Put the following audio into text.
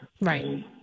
Right